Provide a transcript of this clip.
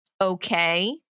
okay